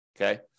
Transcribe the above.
okay